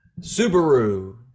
Subaru